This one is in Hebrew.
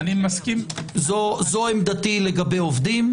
זו עמדתי לגבי עובדים.